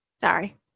Sorry